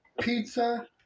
pizza